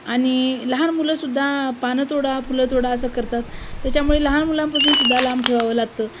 आणि लहान मुलंसुद्धा पानं तोडा फुलं तोडा असं करतात त्याच्यामुळे लहान मुलांपासूनसुद्धा लांब ठेवावं लागतं